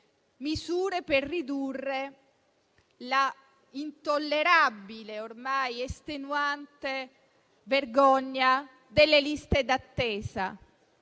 misure per ridurre l'ormai intollerabile ed estenuante vergogna delle liste d'attesa.